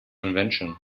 convention